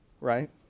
right